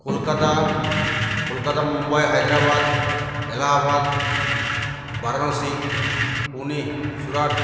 Kolkata Kolkata Mumbai Hyderabad Allahabad Varanasi Pune Surat